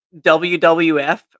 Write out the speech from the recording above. WWF